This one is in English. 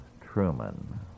Truman